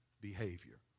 behavior